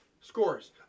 Scores